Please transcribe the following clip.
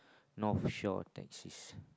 North Shore of taxi